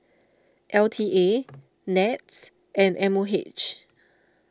L T A NETS and M O H